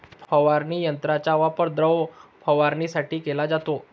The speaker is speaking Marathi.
फवारणी यंत्राचा वापर द्रव फवारणीसाठी केला जातो